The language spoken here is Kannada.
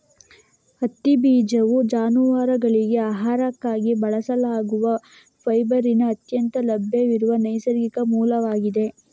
ಹತ್ತಿ ಬೀಜವು ಜಾನುವಾರುಗಳಿಗೆ ಆಹಾರಕ್ಕಾಗಿ ಬಳಸಲಾಗುವ ಫೈಬರಿನ ಅತ್ಯಂತ ಲಭ್ಯವಿರುವ ನೈಸರ್ಗಿಕ ಮೂಲವಾಗಿದೆ